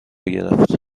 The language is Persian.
گرفت